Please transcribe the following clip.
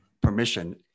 permission